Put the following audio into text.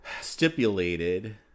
Stipulated